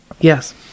Yes